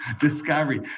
discovery